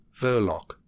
Verloc